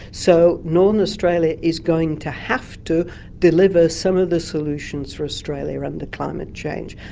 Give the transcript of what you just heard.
so, northern australia is going to have to deliver some of the solutions for australia under climate change.